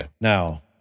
Now